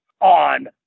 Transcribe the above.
on